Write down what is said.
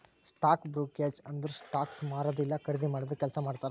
stock brokerage ಅಂದುರ್ stocks ಮಾರದು ಇಲ್ಲಾ ಖರ್ದಿ ಮಾಡಾದು ಕೆಲ್ಸಾ ಮಾಡ್ತಾರ್